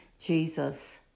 Jesus